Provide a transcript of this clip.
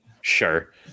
Sure